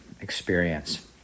experience